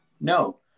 No